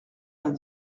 vingt